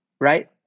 right